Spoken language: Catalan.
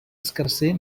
escarser